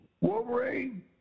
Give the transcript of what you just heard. Wolverine